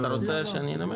אתה רוצה שאני אנמק?